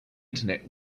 internet